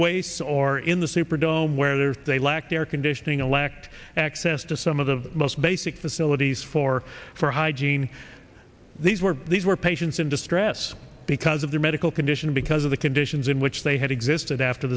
waists or in the superdome where there they lacked air conditioning and lacked access to some of the most basic facilities for for hygiene these were these were patients in distress because of their medical condition because of the conditions in which they had existed after